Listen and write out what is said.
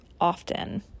often